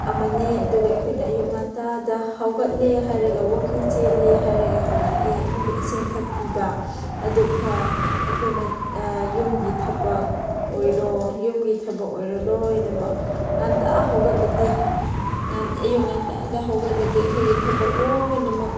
ꯑꯃꯅꯤ ꯑꯗꯨꯒ ꯑꯩꯈꯣꯏꯅ ꯑꯌꯨꯛ ꯉꯟꯇꯥꯗ ꯍꯧꯒꯠꯂꯦ ꯍꯥꯏꯔꯒ ꯋꯥꯛꯀꯤꯡ ꯆꯦꯜꯂꯦ ꯍꯥꯏꯔꯒ ꯍꯜꯂꯛꯂꯦ ꯑꯃꯨꯛꯀ ꯏꯁꯤꯡ ꯊꯛꯄꯤꯕ ꯑꯗꯨꯒ ꯑꯩꯈꯣꯏꯅ ꯌꯨꯝꯒꯤ ꯊꯕꯛ ꯑꯣꯏꯔꯣ ꯌꯨꯝꯒꯤ ꯊꯕꯛ ꯑꯣꯏꯔꯣ ꯂꯣꯏꯅꯃꯛ ꯉꯟꯇꯥ ꯍꯧꯒꯠꯂꯗꯤ ꯑꯌꯨꯛ ꯉꯟꯇꯥꯗ ꯍꯧꯒꯠꯂꯗꯤ ꯑꯩꯈꯣꯏꯒꯤ ꯊꯕꯛ ꯂꯣꯏꯅꯃꯛ